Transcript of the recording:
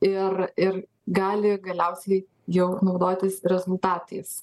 ir ir gali galiausiai jau naudotis rezultatais